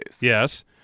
Yes